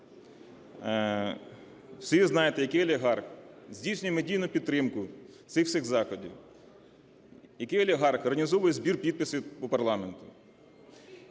всі знаєте який олігарх здійснює медійну підтримку всіх цих заходів, який олігарх організовує збір підписів у парламенті.